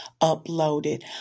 uploaded